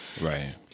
right